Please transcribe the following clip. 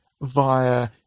via